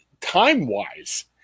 time-wise